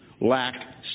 lack